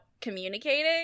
communicating